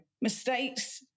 mistakes